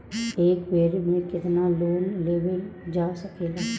एक बेर में केतना लोन लेवल जा सकेला?